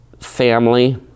family